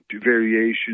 variation